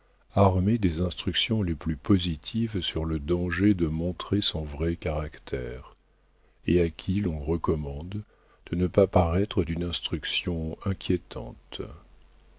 armée des instructions les plus positives sur le danger de montrer son vrai caractère et à qui l'on recommande de ne pas paraître d'une instruction inquiétante